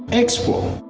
export.